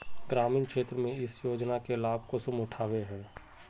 ग्रामीण क्षेत्र में इस योजना के लाभ कुंसम उठावे है?